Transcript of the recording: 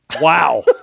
Wow